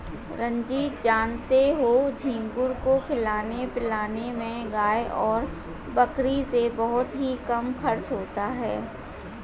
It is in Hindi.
रंजीत जानते हो झींगुर को खिलाने पिलाने में गाय और बकरी से बहुत ही कम खर्च होता है